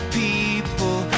people